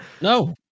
No